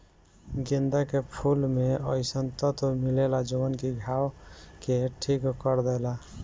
गेंदा के फूल में अइसन तत्व मिलेला जवन की घाव के ठीक कर देला